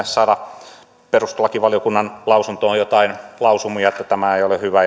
saada perustuslakivaliokunnan lausuntoon joitain lausumia että tämä ei ole hyvä